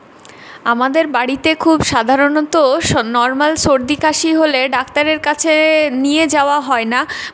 আমাদের বাড়িতে খুব সাধারণত স নর্মাল সর্দি কাশি হলে ডাক্তারের কাছে নিয়ে যাওয়া হয় না